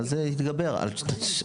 ואז זה יתגבר על זה.